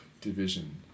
division